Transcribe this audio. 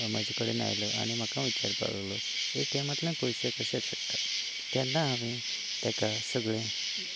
म्हजे कडेन आयलो आनी म्हाका विचारपाक लागलो ए टी एमांतल्यान पयशे कशे काडटात तेन्ना हांवें ताका सगळें